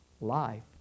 life